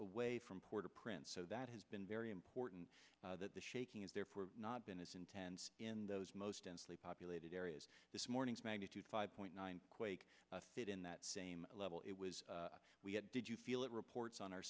away from port au prince so that has been very important that the shaking is therefore not been as intense in those most densely populated areas this morning's magnitude five point nine quake hit in that same level it was we had did you feel it reports on our